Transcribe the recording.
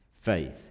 Faith